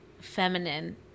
feminine